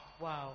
Wow